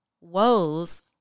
woes